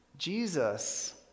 Jesus